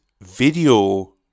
video